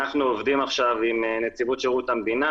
אנחנו עובדים עכשיו עם נציבות שרות המדינה,